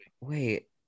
Wait